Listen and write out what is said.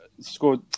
scored